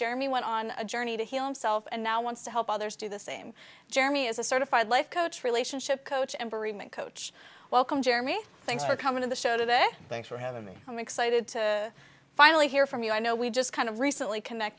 jeremy went on a journey to himself and now wants to help others do the same jeremy is a certified life coach relationship coach and bereavement coach welcome jeremy thanks for coming on the show today thanks for having me i'm excited to finally hear from you i know we just kind of recently connect